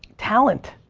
talent